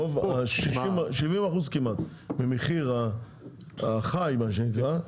70% כמעט במחיר החי מה שנקרא,